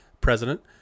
President